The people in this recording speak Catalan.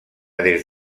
des